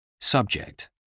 subject